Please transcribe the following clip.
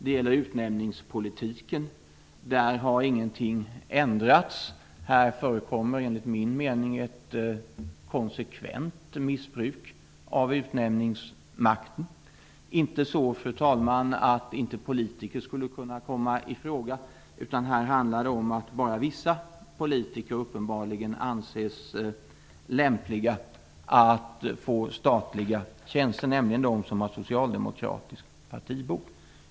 Det gäller utnämningspolitiken. Där har ingenting ändrats. Här förekommer enligt min mening ett konsekvent missbruk av utnämningsmakten. Det är inte så, fru talman, att inte politiker skulle kunna komma i fråga. Men här handlar det om att bara vissa politiker uppenbarligen anses lämpliga att få statliga tjänster, nämligen de som har socialdemokratisk partibok.